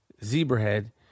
Zebrahead